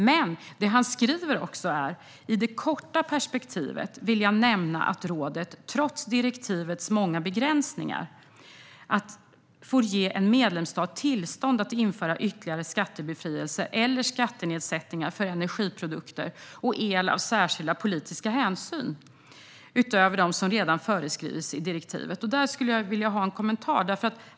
Men han skriver också: I det korta perspektivet vill jag nämna att rådet, trots direktivets många begränsningar, får ge en medlemsstat tillstånd att införa ytterligare skattebefrielser eller skattenedsättningar för energiprodukter och el av särskilda politiska hänsyn utöver dem som redan föreskrivs i direktivet. Där skulle jag vilja ha en kommentar.